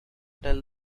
tell